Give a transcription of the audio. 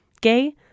gay